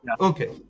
okay